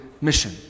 mission